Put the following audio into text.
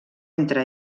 entre